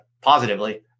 positively